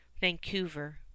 Vancouver